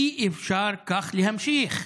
אי-אפשר כך להמשיך.